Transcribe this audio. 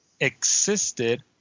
existed